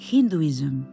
Hinduism